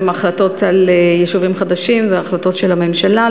גם החלטות על יישובים חדשים הן החלטות של הממשלה.